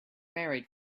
married